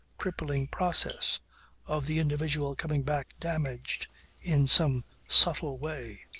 crippling process of the individual coming back damaged in some subtle way.